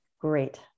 Great